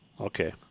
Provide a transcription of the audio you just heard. Okay